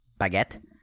baguette